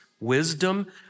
Wisdom